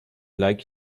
like